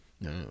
No